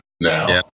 now